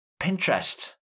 Pinterest